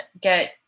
get